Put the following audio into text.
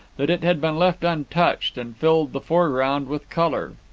that it had been left untouched, and filled the foreground with colour.